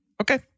Okay